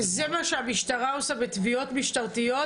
זה מה שהמשטרה עושה בתביעות משטרתיות